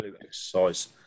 exercise